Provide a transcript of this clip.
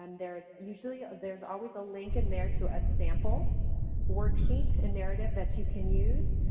um there's usually, ah there's always a link in there to a sample worksheet and narrative that you can use.